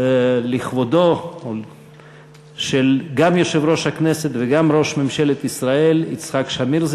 לכבודו של גם יושב-ראש הכנסת וגם ראש ממשלת ישראל יצחק שמיר,